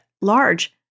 large